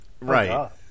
Right